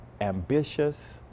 ambitious